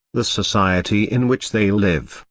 the society in which they live,